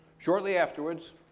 shortly afterwards,